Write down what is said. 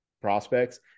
prospects